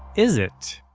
is it?